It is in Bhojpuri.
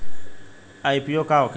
आई.पी.ओ का होखेला?